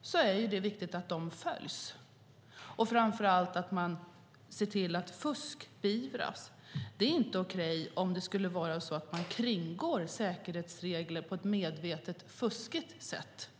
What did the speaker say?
och att man framför allt ser till att fusk beivras. Det är inte okej att kringgå säkerhetsregler på ett medvetet fuskande sätt.